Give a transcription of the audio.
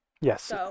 Yes